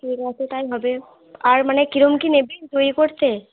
ঠিক আছে তাই হবে আর মানে কিরম কি নেবেন তৈরি করতে